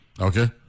Okay